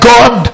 God